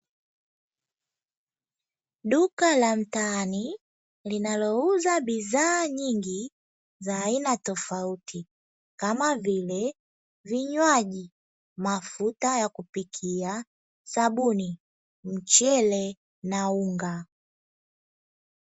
Duka la mtaani linalouza bidhaa nyingi za aina tofauti kama vile vinywaji, mafuta ya kupikia, sabuni, mchele na unga.